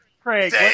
Craig